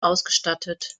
ausgestattet